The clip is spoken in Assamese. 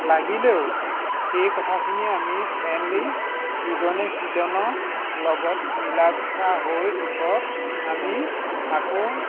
লাগিলেও সেই কথাখিনি আমি ফ্ৰেণ্ডলি ইজনে সিজনৰ লগত মিলা মিচা হৈ পিছত আমি আকৌ